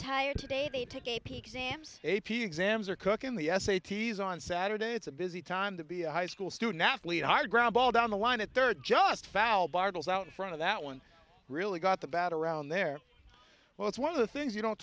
tired today they took a peek exams a p exams are cookin the s a t's on saturday it's a busy time to be a high school student athlete high ground ball down the line at there are just foul bottles out in front of that one really got the bat around there well it's one of the things you don't